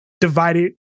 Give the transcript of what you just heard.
divided